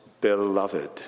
beloved